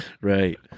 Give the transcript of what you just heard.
Right